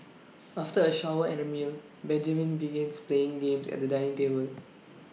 after A shower and A meal Benjamin begins playing games at the dining table